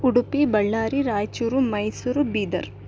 Udupi Ballari Raichur Mysuru Bidar